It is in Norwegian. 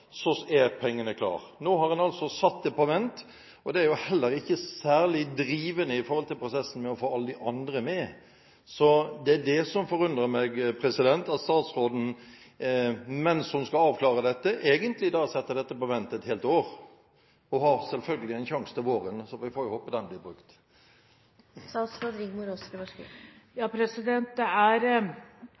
så er pengene klare. Nå har en altså satt det på vent, og det er jo heller ikke særlig drivende med tanke på prosessen med å få alle de andre med. Det som forundrer meg, er at statsråden – mens hun skal avklare dette – egentlig setter dette på vent et helt år. Hun har selvfølgelig en sjanse til våren – vi får håpe den blir brukt. Det er